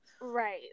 right